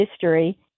history